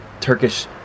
Turkish